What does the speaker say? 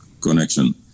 connection